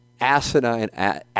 Asinine